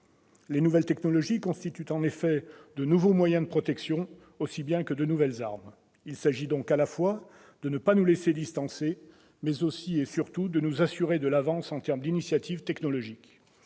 Les nouvelles technologies constituent en effet de nouveaux moyens de protection aussi bien que de nouvelles armes. Il s'agit donc, à la fois, de ne pas nous laisser distancer, mais aussi et surtout de nous assurer de l'avance en termes d'initiative technologique.